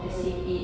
mm